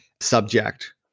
subject